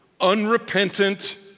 unrepentant